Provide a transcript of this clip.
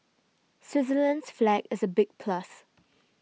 Switzerland's flag is a big plus